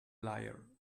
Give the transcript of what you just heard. liar